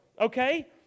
Okay